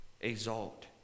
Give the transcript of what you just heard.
exalt